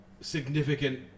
significant